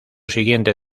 siguiente